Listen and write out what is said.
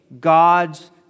God's